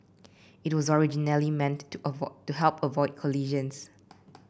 it was originally meant to to help avoid collisions